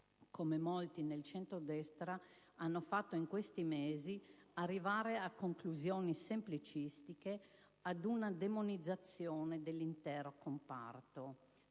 come molti nel centrodestra hanno fatto in questi mesi - arrivare a conclusioni semplicistiche, ad una demonizzazione dell'intero comparto.